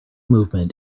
movement